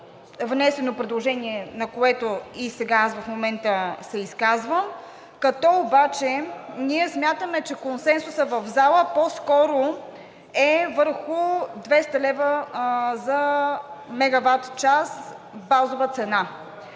внесено предложение, по което и в момента се изказвам, като обаче ние смятаме, че консенсусът в залата по-скоро е върху 200 лв. за мегаватчас базова цена.